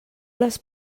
les